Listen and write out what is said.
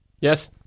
Yes